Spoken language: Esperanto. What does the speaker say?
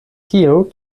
tio